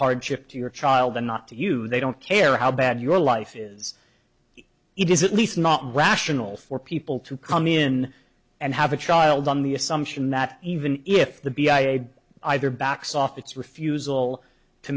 hardship to your child or not to you they don't care how bad your life is it is at least not rational for people to come in and have a child on the assumption that even if the b i either backs off its refusal to